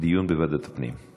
דיון בוועדת הפנים?